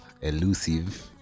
Elusive